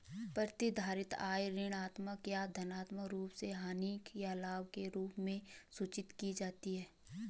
प्रतिधारित आय ऋणात्मक या धनात्मक रूप से हानि या लाभ के रूप में सूचित की जाती है